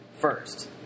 First